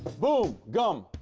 boom, gum.